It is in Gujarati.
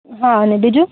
હા ને બીજું